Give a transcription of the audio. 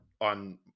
on